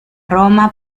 roma